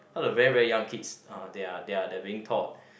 how the very very young kids uh they are they are being taught